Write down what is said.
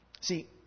See